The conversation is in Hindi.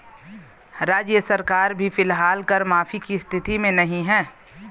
राज्य सरकार भी फिलहाल कर माफी की स्थिति में नहीं है